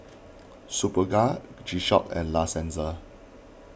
Superga G Shock and La Senza